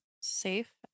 safe